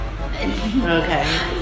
Okay